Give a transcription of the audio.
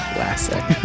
Classic